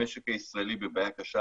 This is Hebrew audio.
המשק הישראלי בבעיה קשה,